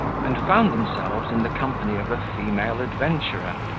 and found themselves in the company of a female adventurer,